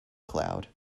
cloud